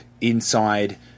inside